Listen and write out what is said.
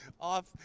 off